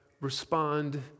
respond